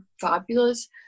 fabulous